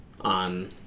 on